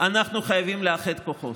אנחנו חייבים לאחד כוחות: